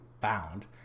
bound